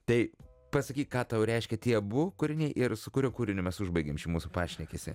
tai pasakyk ką tau reiškia tie abu kūriniai ir su kuriuo kūriniu mes užbaigiam šį mūsų pašnekesį